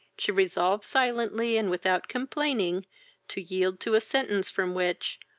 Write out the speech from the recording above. she resolved silently and without complaining to yield to a sentence from which,